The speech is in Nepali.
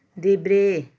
देब्रे